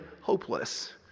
hopeless